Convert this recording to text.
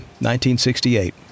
1968